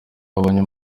babonye